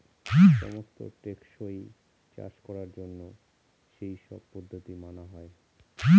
সমস্ত টেকসই চাষ করার জন্য সেই সব পদ্ধতি মানা হয়